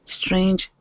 strange